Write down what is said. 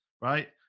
right